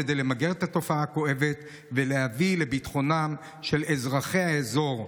כדי למגר את התופעה הכואבת ולהביא לביטחונם של אזרחי האזור,